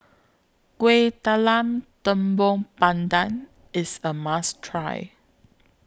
Kuih Talam Tepong Pandan IS A must Try